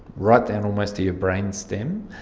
right down almost to your brain stem,